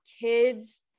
kids